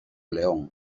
león